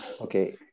Okay